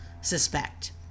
suspect